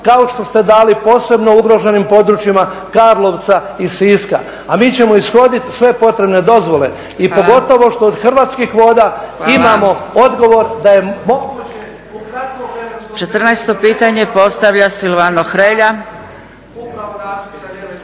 kao što ste dali posebno ugroženim područjima Karlovca i Siska, a mi ćemo ishoditi sve potrebne dozvole i pogotovo što od Hrvatskih voda imamo odgovor … /Govornik isključen./